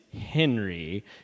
Henry